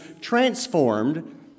transformed